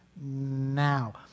now